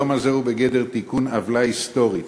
היום הזה הוא בגדר תיקון עוולה היסטורית.